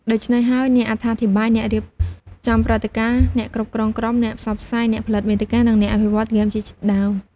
ដូច្នេះហើយ អ្នកអត្ថាធិប្បាយ អ្នករៀបចំព្រឹត្តិការណ៍ អ្នកគ្រប់គ្រងក្រុម អ្នកផ្សព្វផ្សាយ អ្នកផលិតមាតិកា និងអ្នកអភិវឌ្ឍន៍ហ្គេមជាដើម។